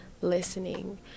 listening